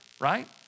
right